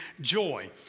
joy